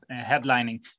headlining